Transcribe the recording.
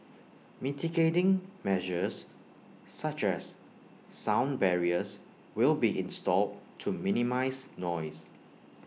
mitigating measures such as sound barriers will be installed to minimise noise